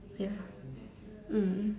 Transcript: ya mm mm